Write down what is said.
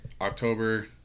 october